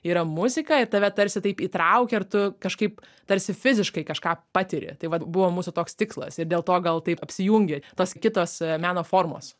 yra muzika ir tave tarsi taip įtraukia ir tu kažkaip tarsi fiziškai kažką patiri tai vat buvo mūsų toks tikslas ir dėl to gal taip apsijungė tos kitos meno formos